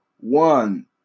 one